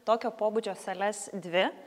tokio pobūdžio sales dvi